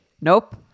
nope